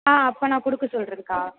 ஆ அப்போ நான் கொடுக்க சொல்கிறேன்க்கா